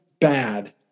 bad